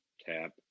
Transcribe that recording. tap